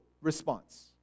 response